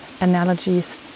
analogies